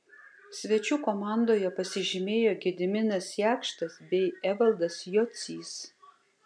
svečių komandoje pasižymėjo gediminas jakštas bei evaldas jocys